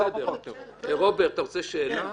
רוברט, אתה רוצה שאלה?